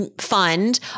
fund